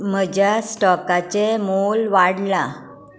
म्हज्या स्टॉकाचें मोल वाडलां